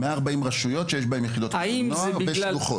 140 רשויות שיש בהם יחידות קידום נוער בשלוחות.